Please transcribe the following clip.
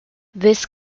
this